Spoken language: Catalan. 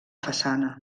façana